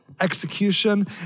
execution